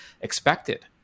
expected